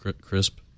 Crisp